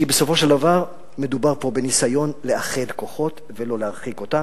כי בסופו של דבר מדובר פה בניסיון לאחד כוחות ולא להרחיק אותם.